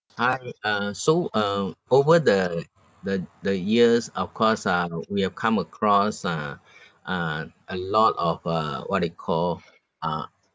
hi uh so uh over the the the years of course uh we have come across uh uh a lot of uh what you call uh